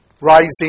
rising